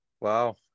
Wow